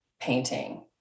painting